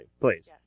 please